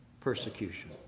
persecution